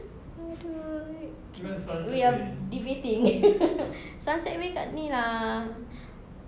!aduh! we are debating sunset way dekat inilah